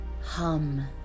hum